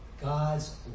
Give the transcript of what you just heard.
God's